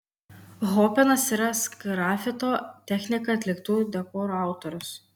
hopenas yra sgrafito technika atliktų dekorų autorius